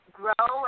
grow